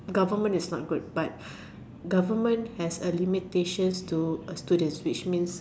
government is not good but government has a limitations to a student which means